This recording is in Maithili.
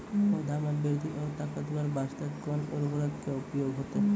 पौधा मे बृद्धि और ताकतवर बास्ते कोन उर्वरक के उपयोग होतै?